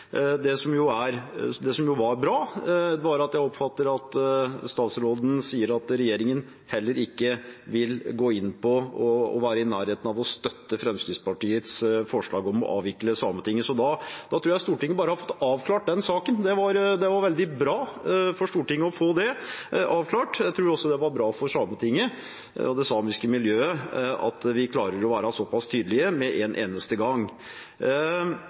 Det som var bra, var at jeg oppfatter at statsråden sier at regjeringen ikke vil gå inn på og være i nærheten av å støtte Fremskrittspartiets forslag om å avvikle Sametinget, så da tror jeg Stortinget har fått avklart den saken. Det er veldig bra for Stortinget å få avklart det. Jeg tror også det er bra for Sametinget og det samiske miljøet at vi klarer å være så pass tydelige med en eneste gang.